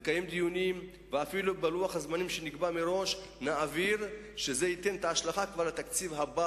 נקיים דיונים ואפילו נעביר בלוח זמנים שנקבע מראש,